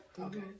Okay